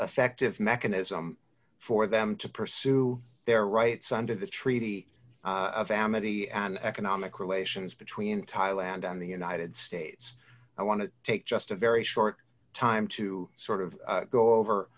effective mechanism for them to pursue their rights under the treaty of amity and economic relations between thailand on the united states i want to take just a very short time to sort of go over